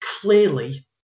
clearly